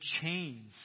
chains